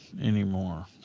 anymore